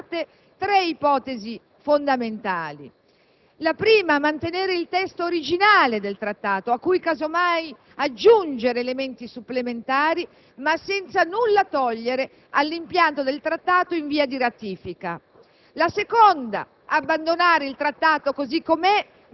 Sul tavolo finora si sono formate e sono state avanzate tre ipotesi fondamentali. La prima è quella di mantenere il testo originale del Trattato a cui, caso mai, aggiungere elementi supplementari, ma senza nulla togliere all'impianto del Trattato in via di ratifica.